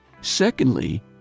Secondly